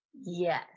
Yes